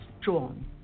drawn